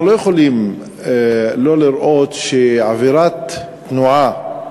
אנחנו לא יכולים שלא לראות שעבירת תנועה,